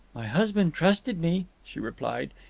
my husband trusted me, she replied.